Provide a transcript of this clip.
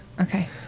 Okay